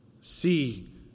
See